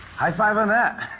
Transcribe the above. high five on that.